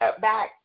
back